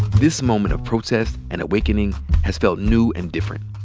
this moment of protest and awakening has felt new and different.